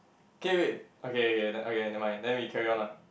okay wait okay okay okay nevermind then we carry on ah